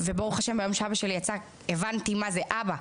ברוך השם, ביום שאבא שלי יצא הבנתי מה זה אבא,